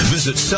Visit